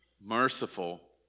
merciful